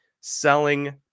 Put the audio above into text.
selling